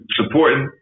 supporting